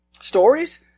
stories